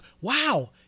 wow